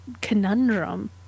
conundrum